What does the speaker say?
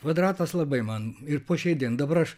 kvadratas labai man ir po šiai dien dabar aš